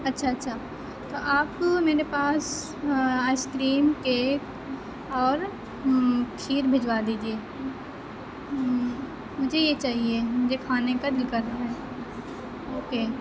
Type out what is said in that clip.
اچھا اچھا تو آپ میرے پاس آئس کریم کیک اور کھیر بھیجوا دیجیے مجھے یہ چاہیے مجھے کھانے کا دِل کر رہا ہے اوکے